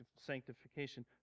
sanctification